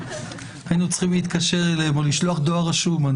היינו צריכים להתקשר אליהם או לשלוח דואר רשום.